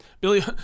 Billy